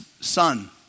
son